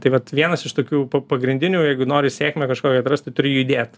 tai vat vienas iš tokių pa pagrindinių jeigu nori sėkmę kažkokią atrast tai turi judėt